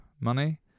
money